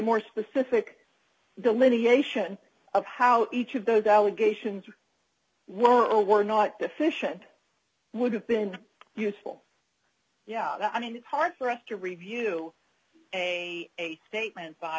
more specific delineation of how each of those allegations were a were not deficient would have been useful yeah i mean it's hard for us to review a statement by